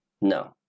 No